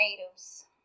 natives